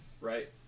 right